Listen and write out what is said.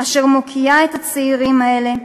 אשר מוקיעה את הצעירים האלה,